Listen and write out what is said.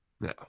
No